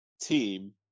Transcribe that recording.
team